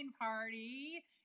party